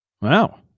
Wow